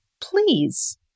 Please